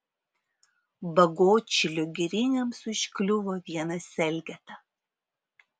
bagotšilio giriniams užkliuvo vienas elgeta